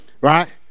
Right